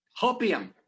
Hopium